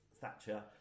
Thatcher